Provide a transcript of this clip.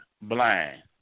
blind